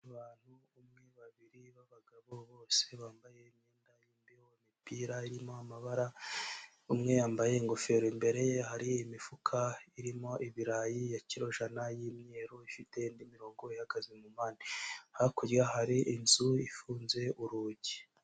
Abantu umwe babiri b'abagabo bose bambaye imyenda y' imbeho, imipira irimo amabara, umwe yambaye ingofero imbere ye hari imifuka irimo ibirayi ya kirojana y'imyeru ifite n'imirongo ihagaze mu mpande. Hakurya hari inzu ifunze urugi.